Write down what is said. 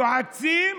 יועצים,